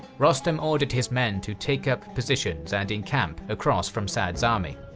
rostam ordered his men to take up positions and encamp across from sa'd's army.